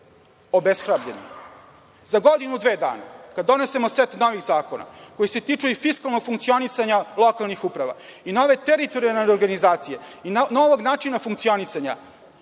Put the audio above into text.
obeshrabreni.Za godinu, dve dana kad donesemo set novih zakona koji se tiču i fiskalnog funkcionisanja lokalnih uprava i nove teritorijalne organizacije i novog načina funkcionisanja,